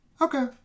Okay